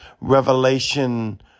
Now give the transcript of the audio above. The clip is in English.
revelation